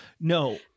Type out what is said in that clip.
No